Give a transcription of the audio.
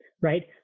right